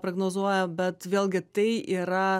prognozuoja bet vėlgi tai yra